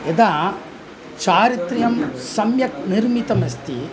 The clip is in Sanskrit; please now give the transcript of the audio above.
यदा चारित्र्यं सम्यक् निर्मितम् अस्ति